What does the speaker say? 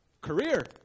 career